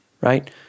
right